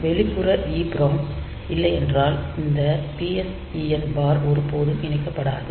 வெளிப்புற EPROM இல்லை என்றால் இந்த PSEN பார் ஒருபோதும் இணைக்கப்படாது